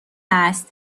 است